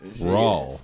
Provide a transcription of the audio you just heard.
Raw